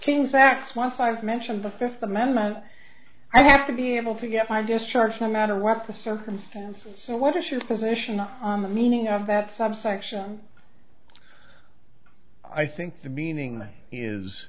king facts once i've mentioned the fifth amendment i have to be able to get my discharge no matter what the circumstances what issues position on the meaning of that subsection i think the meaning is